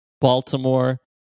Baltimore